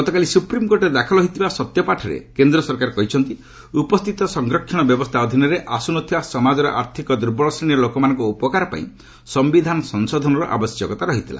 ଗତକାଲି ସୁପ୍ରିମ୍କୋର୍ଟରେ ଦାଖଲ ହୋଇଥିବା ସତ୍ୟପାଠରେ କେନ୍ଦ୍ର ସରକାର କହିଛନ୍ତି ଉପସ୍ଥିତ ସଂରକ୍ଷଣ ବ୍ୟବସ୍ଥା ଅଧୀନରେ ଆସୁନଥିବା ସମାଜର ଆର୍ଥିକ ଦୁର୍ବଳ ଶ୍ରେଣୀର ଲୋକମାନଙ୍କ ଉପକାର ପାଇଁ ସମ୍ଭିଧାନ ସଂଶୋଧନର ଆବଶ୍ୟକତା ରହିଥିଲା